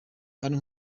kandi